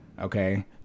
Okay